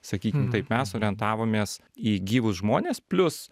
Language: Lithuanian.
sakykim taip mes orientavomės į gyvus žmones plius